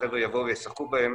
החבר'ה יבואו וישחקו בהם,